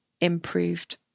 improved